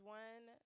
one